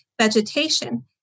vegetation